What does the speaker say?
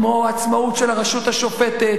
כמו עצמאות של הרשות השופטת,